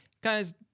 guys